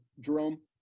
Jerome